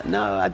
no. and